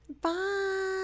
Bye